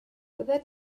byddet